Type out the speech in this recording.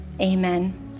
amen